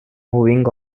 moving